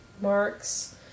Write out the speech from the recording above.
marks